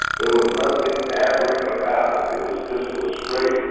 there was nothing aberrant about it, it was just a straight,